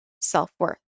self-worth